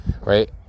right